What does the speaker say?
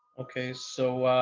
okay so